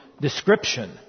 description